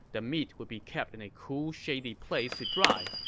the meat would be kept in a cool, shady place to dry.